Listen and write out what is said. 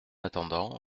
attendant